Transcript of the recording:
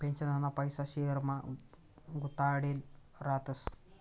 पेन्शनना पैसा शेयरमा गुताडेल रातस